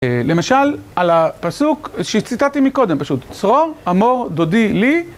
למשל, על הפסוק שציטטתי מקודם פשוט, צרור, אמור, דודי, לי.